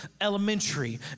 Elementary